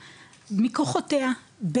מכוחותיה,